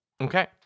Okay